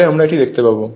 পরে আমরা এটি দেখতে পাব